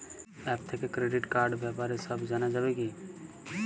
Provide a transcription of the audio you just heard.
App থেকে credit কার্ডর ব্যাপারে সব জানা যাবে কি?